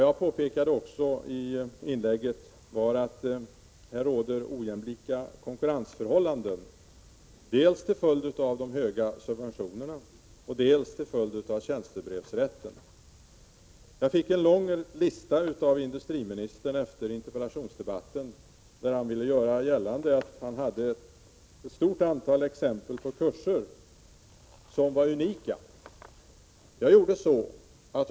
Jag påpekade också i mitt inlägg att det råder ojämlika konkurrensförhållanden till följd av dels de höga subventionerna, dels tjänstebrevsrätten. Efter interpellationsdebatten fick jag en lång lista av industriministern över ett stort antal exempel på, som han gjorde gällande, unika kurser anordnade av SIFU.